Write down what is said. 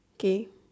k